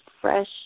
fresh